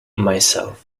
myself